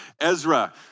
Ezra